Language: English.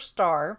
Star